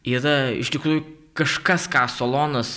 yra iš tikrųjų kažkas ką solonas